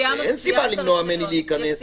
אין סיבה למנוע ממני להיכנס.